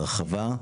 בהרחבה.